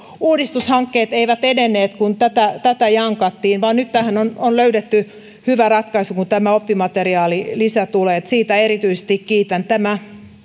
uudistushankkeet eivät edenneet kun tätä tätä jankattiin nyt tähän on löydetty hyvä ratkaisu kun tämä oppimateriaalilisä tulee siitä erityisesti kiitän tämä